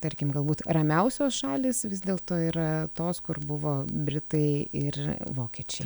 tarkim galbūt ramiausios šalys vis dėlto yra tos kur buvo britai ir vokiečiai